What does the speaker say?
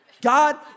God